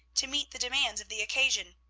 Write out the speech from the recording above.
to meet the demands of the occasion.